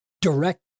direct